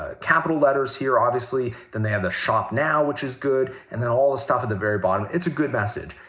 ah capital letters here, obviously, then they have the, shop now, which is good, and then all the stuff at the very bottom. it's a good message.